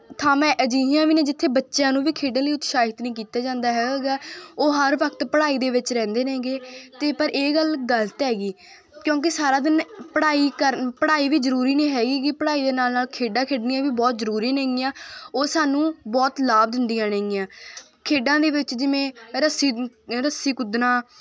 ਥਾਵਾਂ ਅਜਿਹੀਆਂ ਵੀ ਨੇ ਜਿੱਥੇ ਬੱਚਿਆਂ ਨੂੰ ਵੀ ਖੇਡਣ ਲਈ ਉਤਸ਼ਾਹਿਤ ਨਹੀਂ ਕੀਤਾ ਜਾਂਦਾ ਹੈਗਾ ਗਾ ਉਹ ਹਰ ਵਕਤ ਪੜ੍ਹਾਈ ਦੇ ਵਿੱਚ ਰਹਿੰਦੇ ਨੇਗੇ ਅਤੇ ਪਰ ਇਹ ਗੱਲ ਗਲਤ ਹੈਗੀ ਕਿਉਂਕਿ ਸਾਰਾ ਦਿਨ ਪੜ੍ਹਾਈ ਕਰ ਪੜ੍ਹਾਈ ਵੀ ਜ਼ਰੂਰੀ ਨਹੀਂ ਹੈਗੀਗੀ ਪੜ੍ਹਾਈ ਦੇ ਨਾਲ ਨਾਲ ਖੇਡਾਂ ਖੇਡਣੀਆਂ ਵੀ ਬਹੁਤ ਜ਼ਰੂਰੀ ਨੇਗੀਆਂ ਉਹ ਸਾਨੂੰ ਬਹੁਤ ਲਾਭ ਦਿੰਦੀਆਂ ਨੇਗੀਆਂ ਖੇਡਾਂ ਦੇ ਵਿੱਚ ਜਿਵੇਂ ਰੱਸੀ ਰੱਸੀ ਕੁੱਦਨਾ